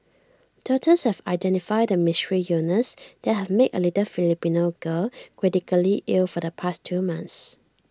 doctors have identified the mystery illness that has made A little Filipino girl critically ill for the past two months